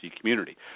community